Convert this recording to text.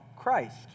Christ